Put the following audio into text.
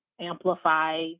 amplify